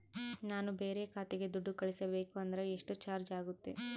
ನಾನು ಬೇರೆ ಖಾತೆಗೆ ದುಡ್ಡು ಕಳಿಸಬೇಕು ಅಂದ್ರ ಎಷ್ಟು ಚಾರ್ಜ್ ಆಗುತ್ತೆ?